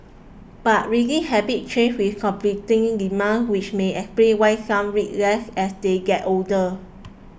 but reading habits change with competing demands which may explain why some read less as they get older